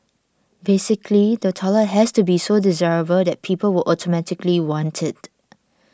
basically the toilet has to be so desirable that people would automatically want it